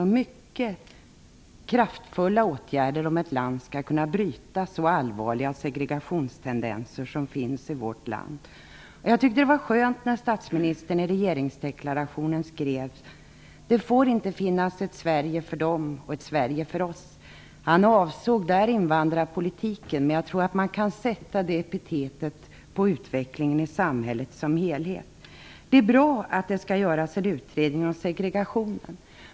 Det måste till mycket kraftfulla åtgärder för att ett land skall kunna bryta så allvarliga segregationstendenser som de som finns i vårt land. Jag tyckte att det var skönt att statsministern skrev i regeringsdeklarationen att det inte får finnas ett Sverige för dem och ett Sverige för oss. Han avsåg där invandrarpolitiken, men jag tror att man kan sätta det epitetet på utvecklingen i samhället som helhet. Det är bra att det skall göras en utredning om segregationen.